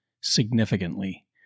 significantly